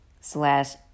slash